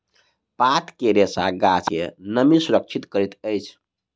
पात के रेशा गाछ के नमी सुरक्षित करैत अछि